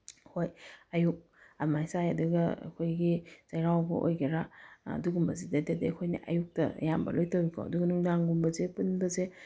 ꯍꯣꯏ ꯑꯌꯨꯛ ꯑꯗꯨꯃꯥꯏꯅ ꯆꯥꯏ ꯑꯗꯨꯒ ꯑꯩꯈꯣꯏꯒꯤ ꯆꯩꯔꯥꯎꯕ ꯑꯣꯏꯒꯦꯔꯥ ꯑꯗꯨꯒꯨꯝꯕꯁꯤꯗꯩꯗꯗꯤ ꯑꯩꯈꯣꯏꯅ ꯑꯌꯨꯛꯇ ꯑꯌꯥꯝꯕ ꯂꯣꯏ ꯇꯧꯏꯀꯣ ꯑꯗꯨꯒ ꯅꯨꯡꯗꯥꯡꯒꯨꯝꯕꯁꯦ ꯄꯨꯟꯕꯁꯦ